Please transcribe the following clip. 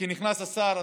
נכנס השר,